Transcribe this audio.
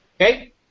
Okay